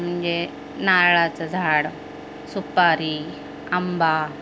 म्हणजे नारळाचं झाड सुपारी आंबा